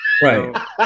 Right